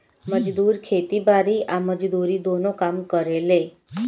मजदूर खेती बारी आ मजदूरी दुनो काम करेले